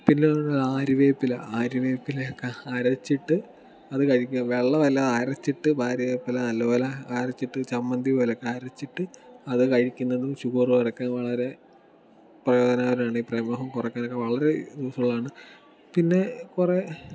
പിന്നെ ഉള്ള ആര്യവേപ്പില ആര്യവേപ്പിലയൊക്കെ അരച്ചിട്ട് അത് കഴിക്കുക വെള്ളം എല്ലാം അരച്ചിട്ട് ആര്യവേപ്പില നല്ലതു പോലെ അരച്ചിട്ട് ചമ്മന്തി പോലെയൊക്കെ അരച്ചിട്ട് അത് കഴിക്കുന്നതും ഷുഗർ കുറക്കാൻ വളരെ പ്രയോജനകരമാണീ ഈ പ്രമേഹം കുറക്കാനൊക്കെ വളരെ യൂസ്ഫുൾ ആണ് പിന്നെ കുറേ